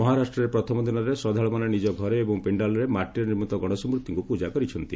ମହାରାଷ୍ଟ୍ରରେ ପ୍ରଥମ ଦିନରେ ଶ୍ରଦ୍ଧାଳୁମାନେ ନିକ ଘରେ ଏବଂ ପଶ୍ଚପରେ ମାଟିରେ ନିର୍ମିତ ଗଣେଶ ମୂର୍ତ୍ତିଙ୍କୁ ପୂଜା କରିଛନ୍ତି